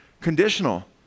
Conditional